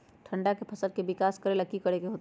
ठंडा में फसल के विकास ला की करे के होतै?